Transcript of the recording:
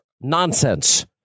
nonsense